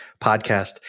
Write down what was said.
podcast